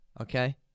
Okay